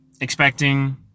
Expecting